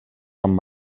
amb